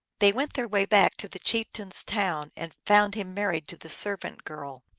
they went their way back to the chieftain s town, and found him married to the servant-girl.